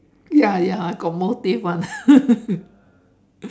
ya ya got motive [one]